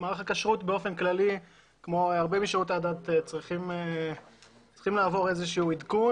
מערך הכשרות באופן כללי כמו הרבה משרותי הדת צריכים לעבור עדכון.